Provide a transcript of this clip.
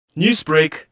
Newsbreak